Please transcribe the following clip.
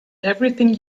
everything